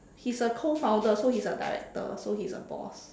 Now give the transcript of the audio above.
he's a co founder so he's a director so he's a boss